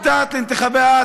הבחירות הסתיימו.